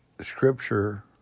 Scripture